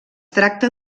tracta